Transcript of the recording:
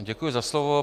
Děkuji za slovo.